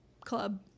club